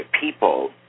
people